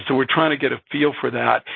so we're trying to get a feel for that.